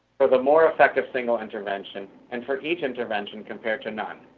for the more effective single intervention, and for each intervention, compared to none.